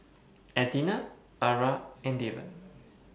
Athena Ara and Devan